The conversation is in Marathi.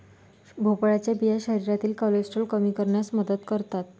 भोपळ्याच्या बिया शरीरातील कोलेस्टेरॉल कमी करण्यास मदत करतात